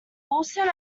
wilson